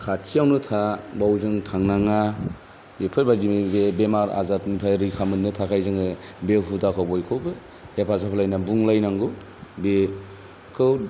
खाथियावनो था बाव जों थांनाङा बेफोरबायदि बे बेमार आजारनिफ्राय रैखा मोननो थाखाय जोङो बे हुदाखौ बयखौबो हेफाजाब होलायना बुंलायनांगौ बेखौ